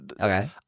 Okay